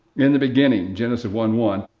in the beginning, genesis one one,